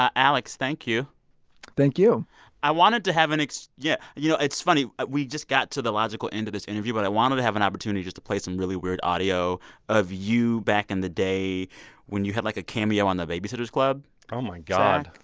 ah alex, thank you thank you i wanted to have an yeah. you know, it's funny. we just got to the logical end of this interview, but i wanted to have an opportunity just to play some really weird audio of you back in the day when you had, like, a cameo on the baby-sitters club, zach oh, my god.